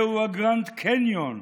זהו הגרנד קניון.